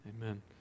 Amen